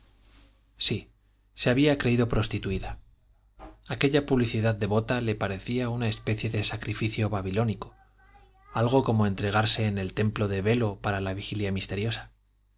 sí se había creído prostituida aquella publicidad devota le parecía una especie de sacrificio babilónico algo como entregarse en el templo de belo para la vigilia misteriosa